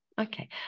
Okay